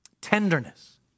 tenderness